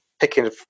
picking